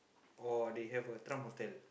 or they have a trump hotel